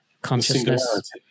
consciousness